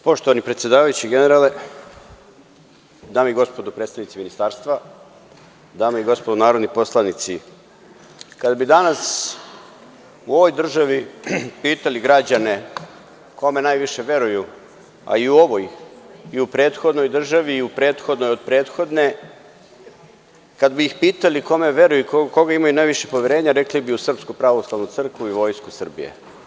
Poštovani predsedavajući generale, dame i gospodo predstavnici Ministarstva, dame i gospodo narodni poslanici, kada bi danas u ovoj državi pitali građane kome najviše veruju, i u ovoj i u prethodnoj državi i u prethodnoj od prethodne, kada bi ih pitali kome veruju i u koga imaju najviše poverenja, rekli bi u SPC i u Vojsku Srbije.